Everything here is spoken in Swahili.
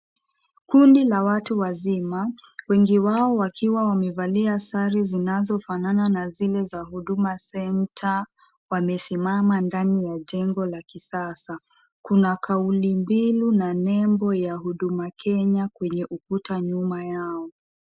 Kundi la watu wazima wengi wao wakiwa wamevalia sare zinazofanana na zile za Huduma Center, wamesimama ndani ya jengo la kisasa. Kuna kauli mbinu na nembo ya Huduma Kenya kwenye ukuta nyuma yao.